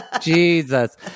Jesus